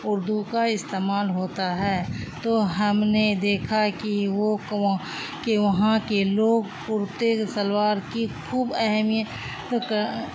اردو کا استعمال ہوتا ہے تو ہم نے دیکھا کہ وہ کہ وہاں کے لوگ کرتے شلوار کی خوب اہمیت کا